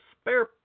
spare